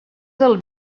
del